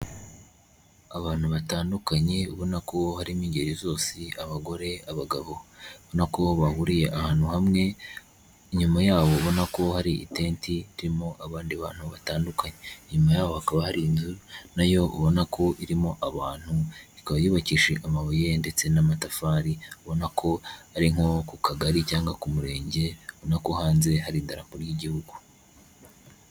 Abantu batandukanye ubona ko harimo ingeri zose abagore, abagabo, nako bahuriye ahantu hamwe nyuma ya ubona ko hari itenti ririmo abandi bantu batandukanye. Nyuma yaho hakaba hari inzu nayo ubona ko irimo abantu, ikaba yubakishije amabuye ndetse n'amatafari abona ko ari nko ku Kagari cyangwa ku Murenge ubona ko hanze hari n'idarapo ry'igihugu.